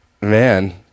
man